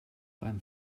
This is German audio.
beim